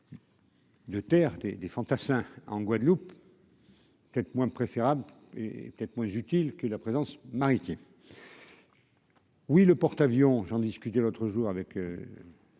Le terre des des fantassins en Guadeloupe, peut-être moins préférable et peut-être moins utile que la présence maritime. Oui, le porte-avions, j'en discuté l'autre jour avec